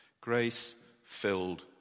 Grace-filled